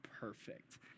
perfect